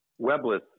webless